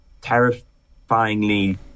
terrifyingly